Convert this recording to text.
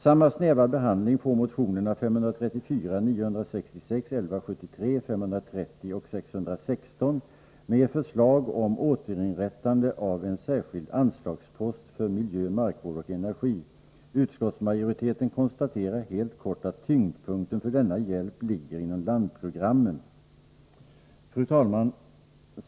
Samma snäva behandling får motionerna 534, 966, 1173, 530 och 616 med förslag om återinrättande av en särskild anslagspost för miljöoch markvård samt energi. Utskottsmajoriteten konstaterar helt kort att tyngdpunkten för denna hjälp ligger inom landprogrammen. Fru talman!